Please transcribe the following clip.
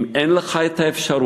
אם אין לך אפשרות